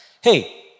Hey